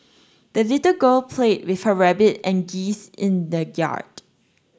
the little girl played with her rabbit and geese in the yard